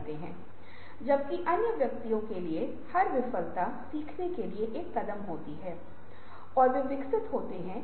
लेकिन एक ही समय में संगठन में अधिक नवीनीकरण के कई फायदे हैं